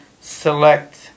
select